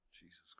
Jesus